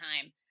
time